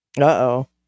Uh-oh